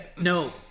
No